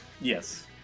Yes